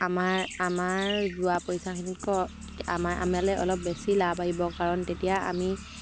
আমাৰ আমাৰ যোৱা পইচাখিনিকৈ আমাৰ আমালৈ অলপ বেছি লাভ আহিব কাৰণ তেতিয়া আমি